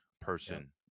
person